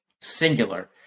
singular